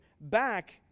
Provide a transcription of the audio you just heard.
back